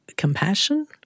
compassion